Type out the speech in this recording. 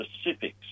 specifics